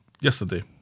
yesterday